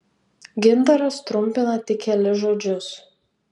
gintaras trumpina tik kelis žodžius